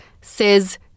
says